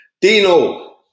Dino